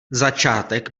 začátek